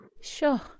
Sure